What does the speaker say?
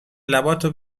لباتو